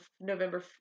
November